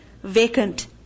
vacant